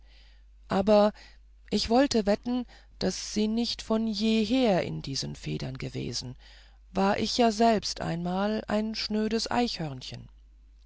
aber ich wollte wetten sie ist nicht von jeher in diesen federn gewesen war ich ja selbst einmal ein schnödes